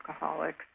alcoholics